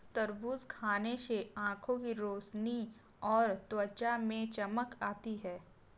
तरबूज खाने से आंखों की रोशनी और त्वचा में चमक आती है